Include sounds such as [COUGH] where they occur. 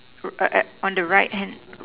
[NOISE] on the right hand